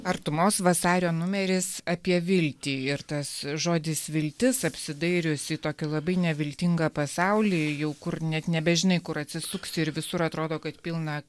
artumos vasario numeris apie viltį ir tas žodis viltis apsidairius į tokį labai neviltingą pasaulį jau kur net nebežinai kur atsisuksi ir visur atrodo kad pilna